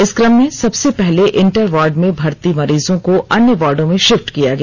इस क्रम में सबसे पहले इंटर वार्ड में भर्ती मरीजों को अन्य वार्डो में शिफ्ट किया गया